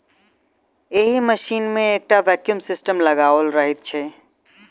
एहि मशीन मे एकटा वैक्यूम सिस्टम लगाओल रहैत छै